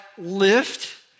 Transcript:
lift